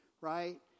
right